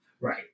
Right